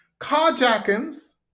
Carjackings